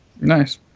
Nice